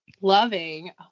loving